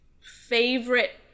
favorite